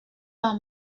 pas